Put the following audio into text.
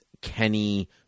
Kenny